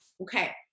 Okay